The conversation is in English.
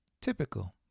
typical